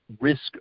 risk